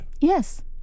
Yes